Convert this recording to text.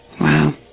Wow